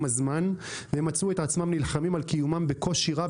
הזמן והם מצאו את עצמם נלחמים על קיומם בקושי רב